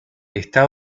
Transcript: está